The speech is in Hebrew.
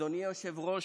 אדוני היושב-ראש.